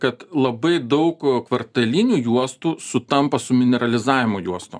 kad labai daug kvartalinių juostų sutampa su mineralizavimo juostom